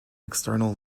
external